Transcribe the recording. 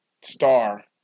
star